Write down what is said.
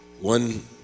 one